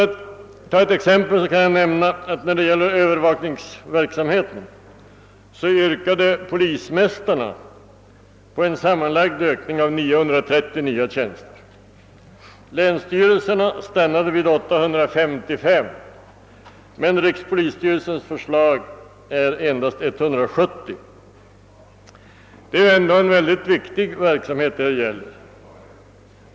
Som exempel kan jag nämna att när det gäller övervakningsverksamheten yrkade polismästarna på en ökning med sammanlagt 930 nya tjänster, länsstyrelserna stannade vid 855, medan rikspolisstyrelsens förslag innebar en ökning med endast 170 tjänster. Detta är ändå en mycket viktig verksamhet.